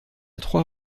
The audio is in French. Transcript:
trois